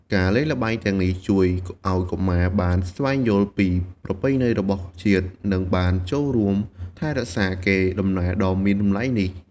ការលេងល្បែងទាំងនេះជួយឲ្យកុមារបានស្វែងយល់ពីប្រពៃណីរបស់ជាតិ និងបានចូលរួមថែរក្សាកេរដំណែលដ៏មានតម្លៃនេះ។